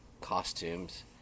costumes